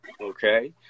okay